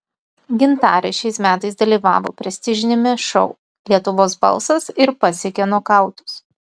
gintarė šiais metais dalyvavo prestižiniame šou lietuvos balsas ir pasiekė nokautus